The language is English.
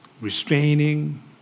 restraining